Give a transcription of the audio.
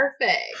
perfect